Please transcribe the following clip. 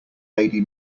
lady